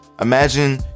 Imagine